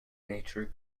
nature